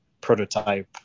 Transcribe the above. prototype